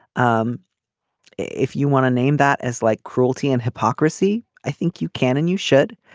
um if you want a name that is like cruelty and hypocrisy i think you can and you should.